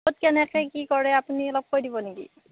কেনেকে কি কৰে আপুনি অলপ কৈ দিব নেকি